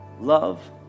Love